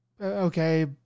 okay